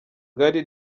ngari